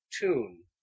tune